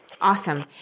Awesome